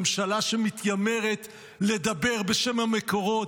ממשלה שמתיימרת לדבר בשם המקורות.